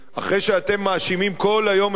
אחרי שאתם מאשימים כל היום את ראש